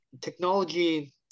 technology